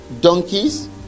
donkeys